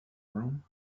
room